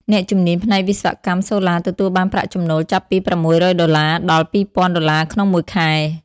អ្នកជំនាញផ្នែកវិស្វកម្មសូឡាទទួលបានប្រាក់ចំណូលចាប់ពី ៦០០ ដុល្លារ ដល់ ២,០០០ ដុល្លារ ក្នុងមួយខែ។